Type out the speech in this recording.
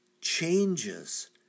changes